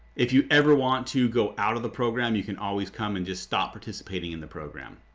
if you ever want to go out of the program you can always come and just stop participating in the program.